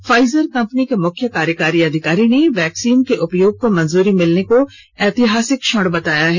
Pfizer company के मुख्य कार्यकारी अधिकारी ने वैक्सीन के उपयोग को मंजूरी मिलने को ऐतिहासिक क्षण बताया है